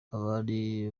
abari